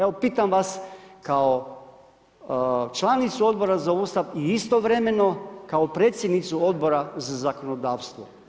Evo, pitam vas kao članicu Odbora za Ustav i istovremeno kao predsjednicu Odbora za zakonodavstvo.